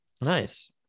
Nice